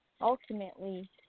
ultimately